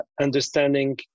understanding